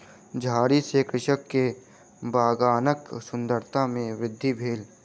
झाड़ी सॅ कृषक के बगानक सुंदरता में वृद्धि भेल